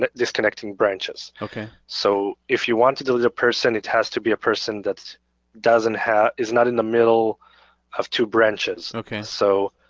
disconnecting branches. okay. so if you want to delete a person it has to be a person that doesn't have, is not in the middle of two branches. okay. so,